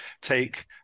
take